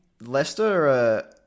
Leicester